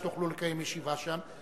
אתם יכולים לקיים ישיבה שם,